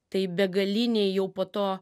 taip begaliniai jau po to